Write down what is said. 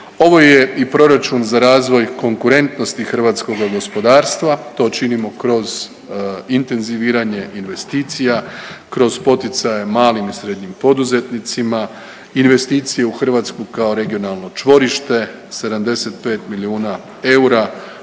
Ovo je i proračun za razvoj konkurentnosti hrvatskoga gospodarstva, to činimo kroz intenziviranje investicija, kroz poticaje malim i srednjim poduzetnicima, investicije u Hrvatsku kao regionalno čvorište, 75 milijuna eura